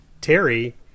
Terry